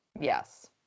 yes